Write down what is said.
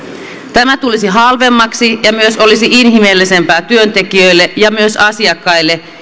tämä tulisi halvemmaksi ja olisi myös inhimillisempää työntekijöille ja myös asiakkaille